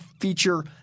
feature